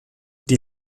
die